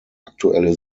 aktuelle